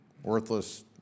Worthless